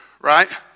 Right